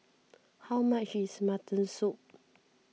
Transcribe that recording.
how much is Mutton Soup